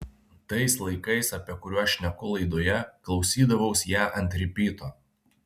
tais laikais apie kuriuos šneku laidoje klausydavaus ją ant ripyto